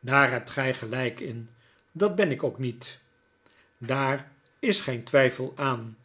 daar hebt gy gelijk in dat ben ik ook met daar is geen twyfel aan